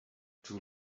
too